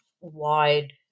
wide